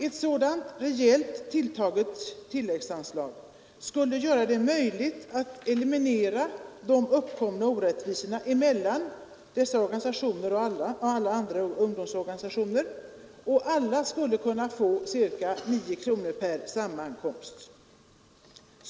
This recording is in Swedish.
Ett sådant rejält tilltaget tilläggsanslag skulle göra det möjligt att eliminera de uppkomna orättvisorna mellan dessa organisationer och andra ungdomsorganisationer, och samtliga skulle kunna få ca 9 kronor per sammankomst.